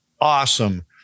awesome